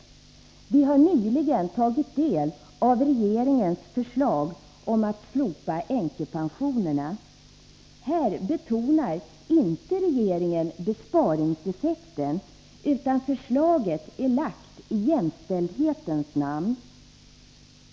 Vi har nyligen tagit del av regeringens förslag om att slopa änkepensionerna. Här betonar inte regeringen besparingseffekten, utan förslaget är framlagt i jämställdhetens namn.